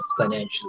financially